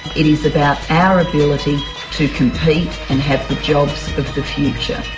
it is about our ability to compete and have the jobs of the future.